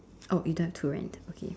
oh you don't have to rent okay